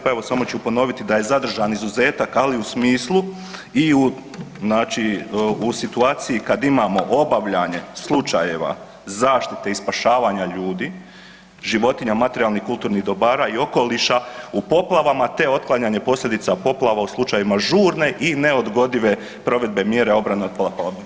Pa evo samo ću ponoviti da je zadržan izuzetak, ali u smislu i u situaciji kada imamo obavljanje slučajeva zaštite i spašavanja ljudi, životinja, materijalnih kulturnih dobara i okoliša u poplavama te otklanjanje posljedica poplava u slučajevima žurne i neodgodive provedbe mjera obrana od poplava.